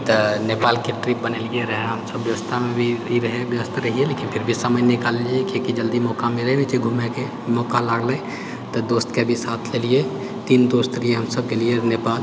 तऽ नेपालके ट्रिप बनेलिऐ रहऽ हमरा सबकेँ व्यस्तमे भी ई रहैऐ लेकिन फिर भी समय निकाललिऐ किआकि जल्दीमे ओ काम घुमएके मौका लागलै तऽ दोस्तके भी साथ लेलिऐ तीन दोस्त रहिऐ हमसब गेलिऐ नेपाल